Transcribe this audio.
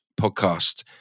podcast